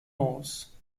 laws